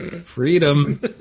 freedom